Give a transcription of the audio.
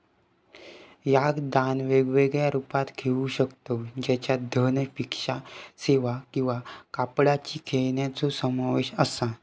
याक दान वेगवेगळ्या रुपात घेऊ शकतव ज्याच्यात धन, भिक्षा सेवा किंवा कापडाची खेळण्यांचो समावेश असा